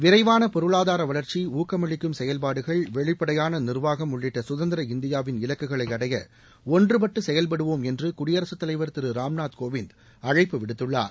விரைவான பொருளாதார வளர்ச்சி ஊக்கமளிக்கும் செயல்பாடுகள் வெளிப்படையான நிர்வாகம் உள்ளிட்ட குதந்திர இந்தியாவின் இலக்குகளை அடைய ஒன்றுபட்டு செயவ்படுவோம் என்று குடியரசுத்தலைவர் திரு ராம்நாத் கோவிந்த் அழைப்பு விடுத்துள்ளார்